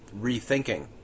rethinking